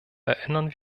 erinnern